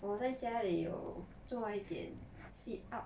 我在家里有做一点 sit up